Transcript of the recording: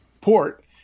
port